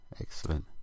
Excellent